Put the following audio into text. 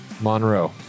Monroe